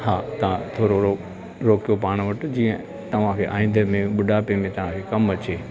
हा तव्हां थोरो रोकियो पाण वटि जीअं तव्हांखे आईंदे में ॿुढापे में तव्हांखे कमु अचे